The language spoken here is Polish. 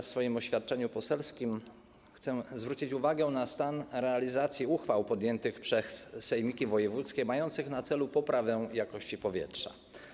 W swoim oświadczeniu poselskim chcę zwrócić uwagę na stan realizacji uchwał podjętych przez sejmiki wojewódzkie, mających na celu poprawę jakości powietrza.